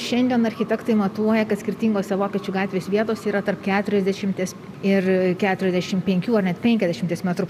šiandien architektai matuoja kad skirtingose vokiečių gatvės vietose yra tarp keturiasdešimties ir keturiasdešim penkių ar net penkiasdešimties metrų